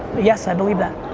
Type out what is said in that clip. yes i believe that.